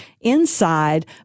inside